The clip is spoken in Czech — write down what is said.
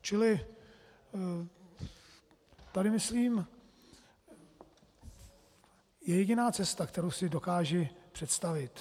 Čili tady myslím je jediná cesta, kterou si dokážu představit.